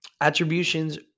attributions